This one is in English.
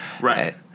right